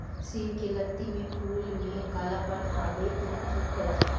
सिम के लत्ती में फुल में कालापन आवे इ कि करब?